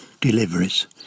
deliveries